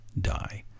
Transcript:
die